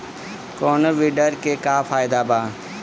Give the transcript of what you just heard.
कौनो वीडर के का फायदा बा?